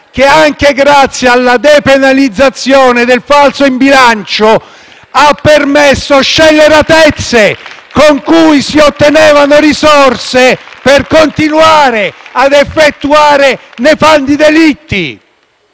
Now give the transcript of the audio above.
che, anche grazie alla depenalizzazione del falso in bilancio, ha permesso scelleratezze, con cui si ottenevano risorse per continuare ad effettuare nefandi delitti.